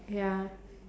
ya